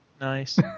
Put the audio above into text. Nice